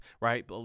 Right